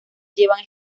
llevan